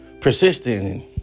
persistent